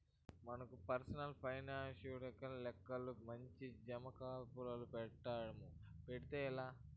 మనకు పర్సనల్ పైనాన్సుండింటే లెక్కకు మించి జమాకర్సులు పెడ్తాము, పెట్టేదే లా